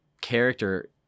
character